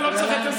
לא צריך.